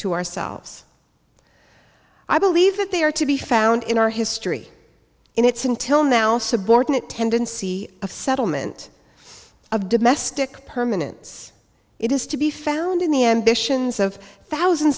to ourselves i believe that they are to be found in our history in its until now subordinate tendency of settlement of domestic permanence it is to be found in the ambitions of thousands